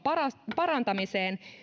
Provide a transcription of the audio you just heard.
parantamiseen